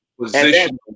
position